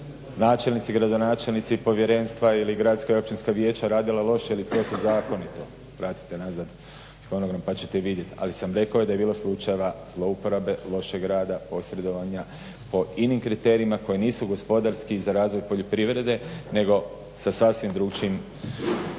načelnici, gradonačelnici i povjerenstva ili gradska i općinska vijeća radila loše ili protuzakonito. Vratite nazad fonogram pa ćete vidjet. Ali sam rekao da je bilo slučajeva zlouporabe, lošeg rada, posredovanja po inim kriterijima koji nisu gospodarski za razvoj poljoprivrede nego sa sasvim drugačijim